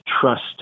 trust